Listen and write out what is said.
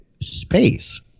space